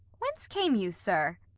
whence came you, sir?